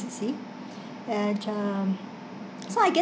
you see and um so I